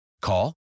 Call